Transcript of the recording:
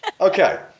Okay